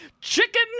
Chicken